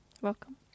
Welcome